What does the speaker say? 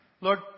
Lord